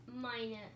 Minus